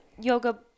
yoga